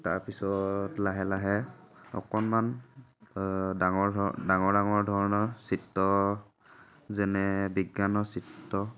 তাৰপিছত লাহে লাহে অকণমান ডাঙৰ ধৰ ডাঙৰ ডাঙৰ ধৰণৰ চিত্ৰ যেনে বিজ্ঞানৰ চিত্ৰ